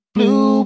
Blue